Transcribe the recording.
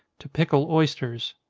to pickle oysters.